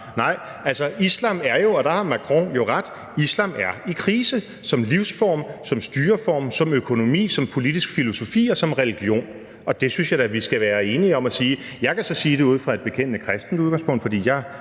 Nej, islam er – og der har Macron jo ret – i krise, som livsform, som styreform, som økonomi, som politisk filosofi og som religion. Det synes jeg da vi skal være enige om at sige. Jeg kan så sige det ud fra et bekendende kristent udgangspunkt, fordi jeg